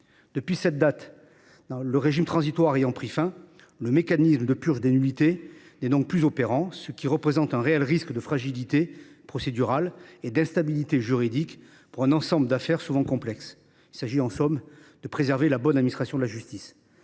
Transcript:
depuis cette date, le régime transitoire ayant pris fin, le mécanisme de purge des nullités n’est plus opérant, ce qui représente un réel risque de fragilité procédurale et d’instabilité juridique pour un ensemble d’affaires souvent complexes. Il s’agit, en somme, de préserver la bonne administration de la justice.